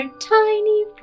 tiny